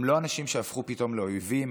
הם לא אנשים שהפכו פתאום לאויבים.